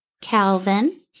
Calvin